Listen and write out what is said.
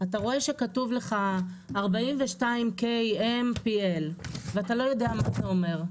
אתה רואה שכתוב לך 42KMPL ואתה לא יודע מה זה אומר.